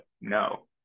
no